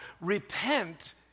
repent